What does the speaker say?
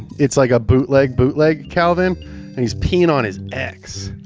it's like a bootleg, bootleg, calvin, and he's peeing on his ex.